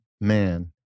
man